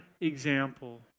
example